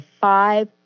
five